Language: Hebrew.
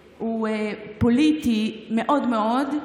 פוליטי מאוד מאוד,